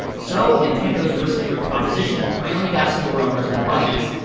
so, nintendo's risk-free proposition finally got store owners to bite.